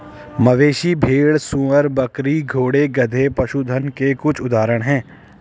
मवेशी, भेड़, सूअर, बकरी, घोड़े, गधे, पशुधन के कुछ उदाहरण हैं